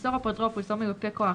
ימסור אפוטרופוס או מיופה כוח